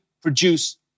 produce